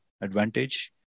advantage